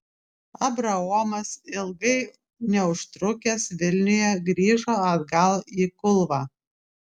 abraomas ilgai neužtrukęs vilniuje grįžo atgal į kulvą